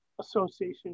association